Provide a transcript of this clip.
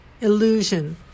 illusion